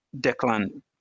Declan